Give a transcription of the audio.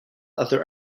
other